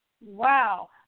Wow